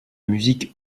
musique